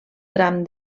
tram